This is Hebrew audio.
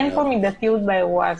אין פה מידתיות באירוע הזה.